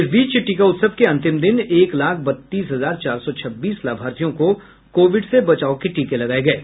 इस बीच टीका उत्सव के अंतिम दिन एक लाख बत्तीस हजार चार सौ छब्बीस लाभार्थियों को कोविड से बचाव के टीके लगाये गये